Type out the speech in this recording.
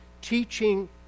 teaching